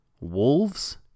Wolves